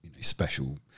special